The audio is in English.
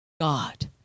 God